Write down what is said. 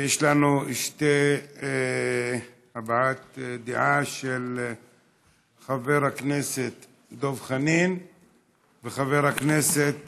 יש לנו הבעות דעה של חבר הכנסת דב חנין וחבר הכנסת